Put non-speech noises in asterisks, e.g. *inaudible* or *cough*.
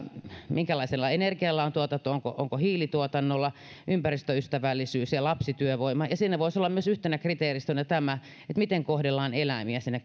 minkälaisella energialla on tuotettu onko hiilituotannolla ja ympäristöystävällisyys ja lapsityövoima ja siinä voisi olla myös yhtenä kriteeristönä se miten kohdellaan eläimiä siinä *unintelligible*